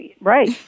Right